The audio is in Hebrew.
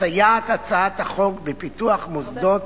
מסייעת הצעת החוק בפיתוח מוסדות